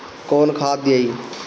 कौन खाद दियई?